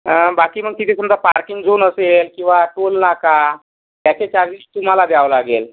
बाकी मग तिथे समजा पार्किंग झोन असेल किंवा टोल नाका त्याचे चार्जेस तुम्हाला द्यावं लागेल